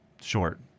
short